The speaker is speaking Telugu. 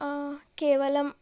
కేవలం